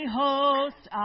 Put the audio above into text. host